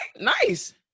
Nice